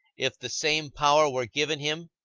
if the same power were given him?